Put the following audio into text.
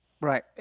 Right